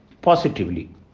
positively